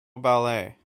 ballet